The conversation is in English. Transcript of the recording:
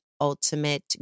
ultimate